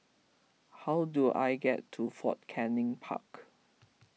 how do I get to Fort Canning Park